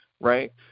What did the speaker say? Right